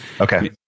Okay